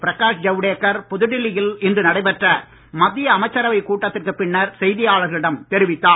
பிரகாஷ் ஜவடேகர் புதுடெல்லியில் இன்று நடைபெற்ற மத்திய அமைச்சரவை கூட்டத்திற்கு பின்னர் செய்தியாளர்களிடம் தெரிவித்தார்